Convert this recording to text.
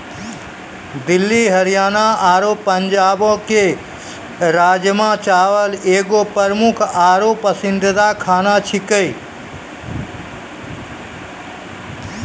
दिल्ली हरियाणा आरु पंजाबो के राजमा चावल एगो प्रमुख आरु पसंदीदा खाना छेकै